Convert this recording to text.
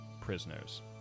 prisoners